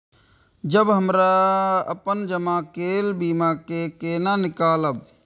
जब हमरा अपन जमा केल बीमा के केना निकालब?